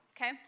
Okay